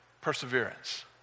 perseverance